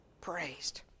praised